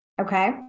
Okay